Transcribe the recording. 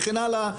וכן הלאה,